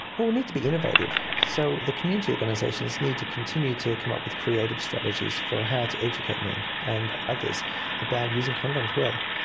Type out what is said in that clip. well, we need to be innovative. so the community organisations need to continue to come up with creative strategies for how to educate men and others about using condoms well.